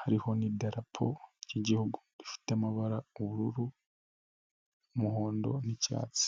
hariho n'idarapo ry'igihugu rifite amabara: ubururu, umuhondo n'icyatsi.